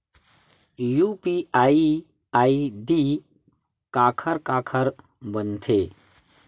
UPI ID काखर काखर बनथे?